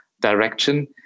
direction